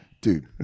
Dude